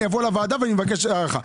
תבוא לוועדה ותבקש הארכה.